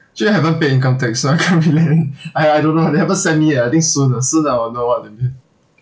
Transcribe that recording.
actually I haven't paid income tax so I can't relate I I don't know they haven't sent me yet I think soon ah soon I will know what it is